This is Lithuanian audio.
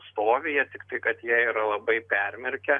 stovyje tiktai kad jie yra labai permirkę